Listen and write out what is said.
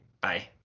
bye